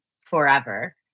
forever